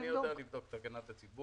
אני יודע לבדוק את תקנת הציבור.